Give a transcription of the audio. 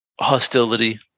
hostility